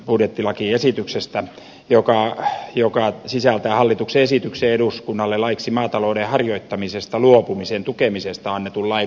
budjettilakiesityksestä joka sisältää hallituksen esityksen eduskunnalle laiksi maatalouden harjoittamisesta luopumisen tukemisesta annetun lain muuttamisesta